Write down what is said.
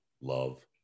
love